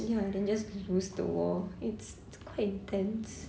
ya than just lose the war it's it's quite intense